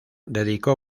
dedicó